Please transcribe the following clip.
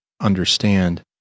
understand